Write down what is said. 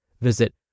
Visit